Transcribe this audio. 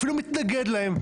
אפילו מתנגד להם.